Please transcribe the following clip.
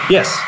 Yes